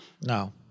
No